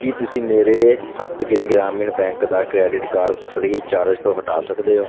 ਕੀ ਤੁਸੀਂਂ ਮੇਰੇ ਸਪਤਗਿਰੀ ਗ੍ਰਾਮੀਣ ਬੈਂਕ ਦਾ ਕਰੇਡਿਟ ਕਾਰਡ ਫ੍ਰੀ ਚਾਰਜ ਤੋਂ ਹਟਾ ਸਕਦੇ ਹੋ